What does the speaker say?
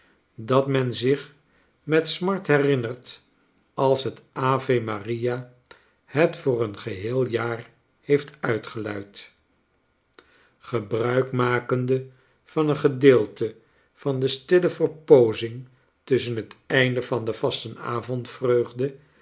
dat men zich met smart herinnert als het ave maria het voor een geheel jaar heeft uitgeluid g ebruik makende van een gedeelte van de stille verpoozing tusschen het einde van de vastenavondvreugde